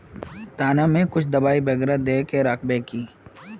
दाना में कुछ दबाई बेगरा दय के राखबे की?